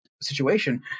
situation